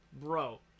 bro